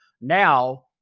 Now